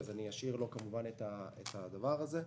אז אשאיר לו את הדבר הזה.